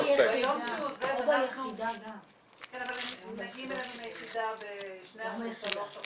ביום שהוא עוזב אנחנו --- או שהוא לא זכאי